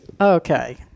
okay